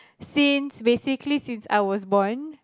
since basically since I was born